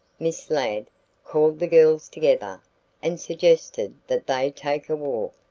miss ladd called the girls together and suggested that they take a walk.